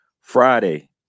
Friday